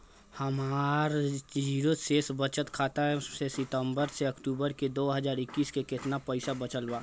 हमार जीरो शेष बचत खाता में सितंबर से अक्तूबर में दो हज़ार इक्कीस में केतना पइसा बचल बा?